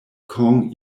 quand